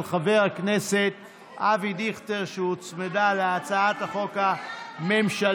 של חבר הכנסת אבי דיכטר שהוצמדה להצעת החוק הממשלתית.